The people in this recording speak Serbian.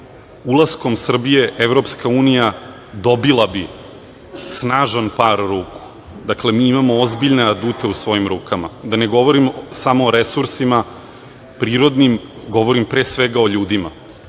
ulaskom Srbije EU bi dobila snažan par ruku. Dakle, mi imamo ozbiljne adute u svojim rukama, da ne govorimo samo o resursima, prirodnim, govorim pre svega o ljudima.